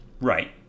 Right